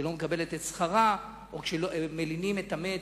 שלא מקבלת את שכרה או כשמלינים את המת